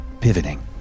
Pivoting